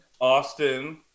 Austin